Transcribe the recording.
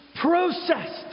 processed